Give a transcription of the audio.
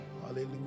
hallelujah